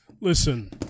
Listen